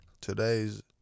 Today's